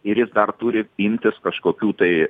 ir jis dar turi imtis kažkokių tai